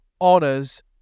honors